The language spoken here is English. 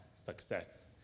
success